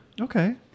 Okay